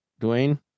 Dwayne